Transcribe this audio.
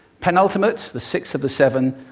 penultimate, the sixth of the seven,